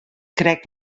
krekt